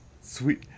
Sweet